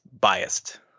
biased